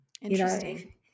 Interesting